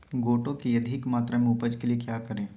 गोटो की अधिक मात्रा में उपज के लिए क्या करें?